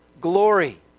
glory